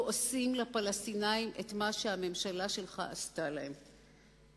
עושים לפלסטינים את מה שהממשלה שלך עשתה להם,